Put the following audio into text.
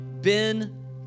Ben